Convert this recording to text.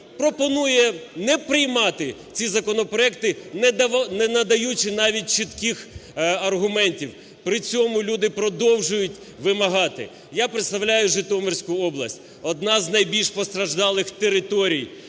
пропонує не приймати ці законопроекти, не надаючи навіть чітких аргументів. При цьому люди продовжують вимагати. Я представляю Житомирську область, одна з найбільш постраждалих територій